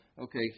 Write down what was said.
okay